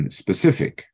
specific